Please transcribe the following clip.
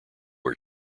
are